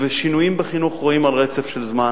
ושינויים בחינוך רואים על רצף של זמן.